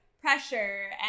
pressure